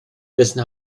dessen